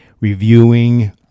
reviewing